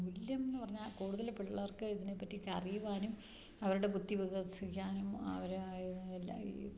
മുല്യം എന്ന് പറഞ്ഞാൽ കൂടുതൽ പിള്ളേർക്ക് ഇതിനെ പറ്റി ഒക്കെ അറിയുവാനും അവരുടെ ബുദ്ധി വികാസിക്കാനും അവർ എല്ലാ ഈ